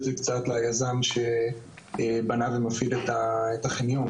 זה קצת בשוליים ליזם שבנה ומפעיל את החניון.